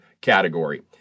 category